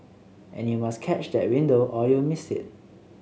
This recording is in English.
and you must catch that window or you'll miss it